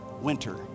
winter